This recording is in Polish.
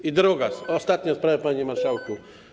I druga, ostatnia sprawa, panie marszałku.